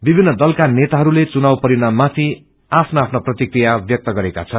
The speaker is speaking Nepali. विभिन्न दलका नेताहरूले चुनाव परिणाम माथि आ आफ्ना प्रतिक्रिया व्यक्त गरेका छन्